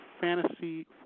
Fantasy